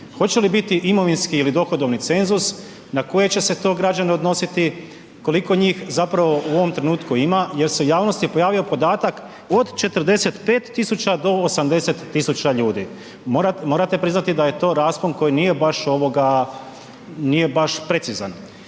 hoće li biti imovinski ili dohodovni cenzus, na koje će se to građane odnositi, koliko njih zapravo u ovom trenutku ima, jer se u javnosti pojavio podatak od 45.000 do 80.000 ljudi? Morate priznati da je to raspon koji nije baš ovoga,